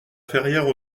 ferrière